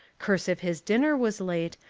curse if his dinner was late,